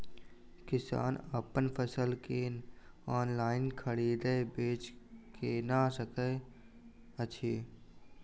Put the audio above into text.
किसान अप्पन फसल केँ ऑनलाइन खरीदै बेच केना कऽ सकैत अछि?